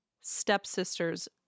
stepsister's